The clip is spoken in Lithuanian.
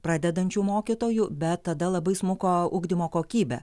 pradedančių mokytojų bet tada labai smuko ugdymo kokybė